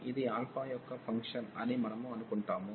ఇది యొక్క ఫంక్షన్ అని మనము అనుకుంటాము